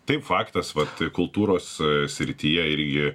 taip faktas vat kultūros srityje ir gi